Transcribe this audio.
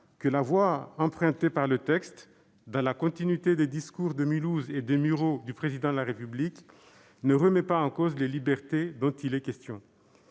que la voie empruntée par le texte, dans la continuité des discours de Mulhouse et des Mureaux du Président de la République, ne remet pas en cause les libertés dont il est question.